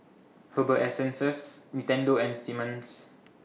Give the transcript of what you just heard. Herbal Essences Nintendo and Simmons